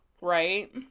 right